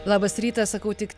labas rytas sakau tik